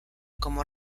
como